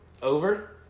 Over